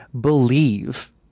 believe